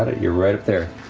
you're right up there.